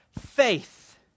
faith